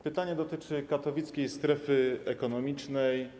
Pytanie dotyczy katowickiej strefy ekonomicznej.